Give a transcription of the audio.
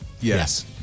Yes